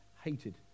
Hated